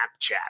Snapchat